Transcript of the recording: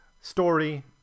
story